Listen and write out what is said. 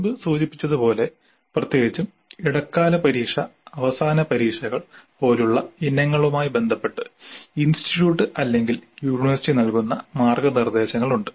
മുൻപ് സൂചിപ്പിച്ചതുപോലെ പ്രത്യേകിച്ചും ഇടക്കാല പരീക്ഷ അവസാന പരീക്ഷകൾ പോലുള്ള ഇനങ്ങളുമായി ബന്ധപ്പെട്ട് ഇൻസ്റ്റിറ്റ്യൂട്ട് അല്ലെങ്കിൽ യൂണിവേഴ്സിറ്റി നൽകുന്ന മാർഗ്ഗനിർദ്ദേശങ്ങൾ ഉണ്ട്